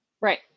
Right